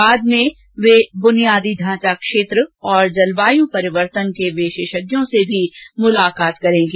बाद में वे बुनियादी ढांचा क्षेत्र और जलवाय परिवर्तन के विशेषज्ञों से भी मुलाकात करेंगी